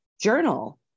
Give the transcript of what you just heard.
journal